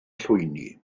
llwyni